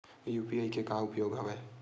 UPI के का उपयोग हवय?